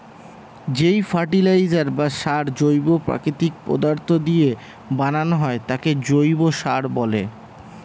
যেই ফার্টিলাইজার বা সার জৈব প্রাকৃতিক পদার্থ দিয়ে বানানো হয় তাকে জৈব সার বলে